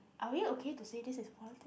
are we okay to say this is politic